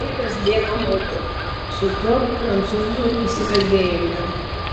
laikas bėgo mudu su tuo prancūzu įsikalbėjome